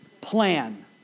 Plan